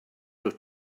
dwyt